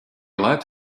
let